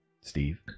Steve